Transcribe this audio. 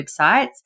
websites